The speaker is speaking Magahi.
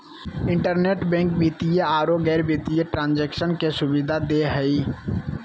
इंटरनेट बैंक वित्तीय औरो गैर वित्तीय ट्रांन्जेक्शन के सुबिधा दे हइ